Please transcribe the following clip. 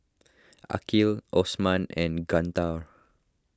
Aqil Osman and Guntur